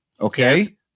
okay